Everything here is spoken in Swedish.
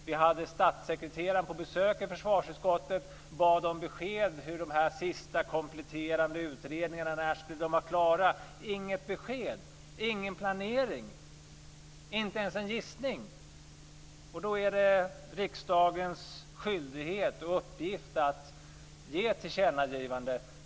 Vi hade statssekreteraren på besök i försvarsutskottet och önskade besked om när de sista, kompletterande utredningarna skulle vara klara. Det fanns inget besked! Ingen planering! Inte ens en gissning! Då är det riksdagens skyldighet och uppgift att göra ett tillkännagivande.